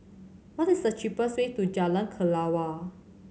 what is the cheapest way to Jalan Kelawar